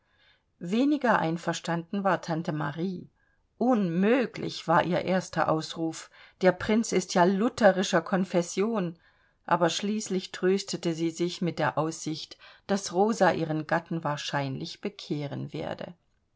weniger einverstanden war tante marie unmöglich war ihr erster ausruf der prinz ist ja lutherischer konfession aber schließlich tröstete sie sich mit der aussicht daß rosa ihren gatten wahrscheinlich bekehren werde